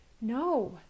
no